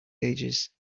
ages